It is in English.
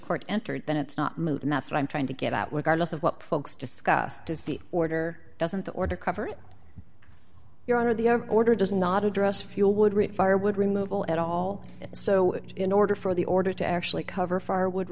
court entered then it's not moot and that's what i'm trying to get out with our list of what folks discussed is the order doesn't the order cover your honor the order does not address fuel would rate firewood removal at all so in order for the order to actually cover fire wo